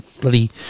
bloody